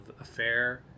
affair